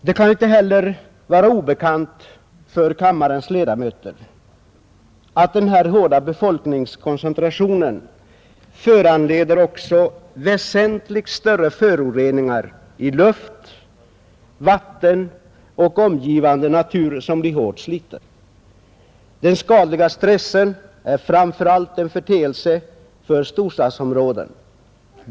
Det kan inte heller vara obekant för kammarens ledamöter att den starka befolkningskoncentrationen också föranleder väsentligt större föroreningar i luft, vatten och omgivande natur, som blir hårt sliten. Den skadliga stressen är framför allt en företeelse för storstadsområden.